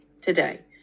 today